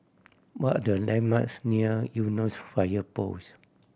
what are the landmarks near Eunos Fire Post